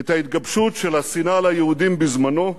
את ההתגבשות של השנאה ליהודים בזמנו,